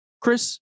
Chris